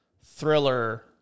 thriller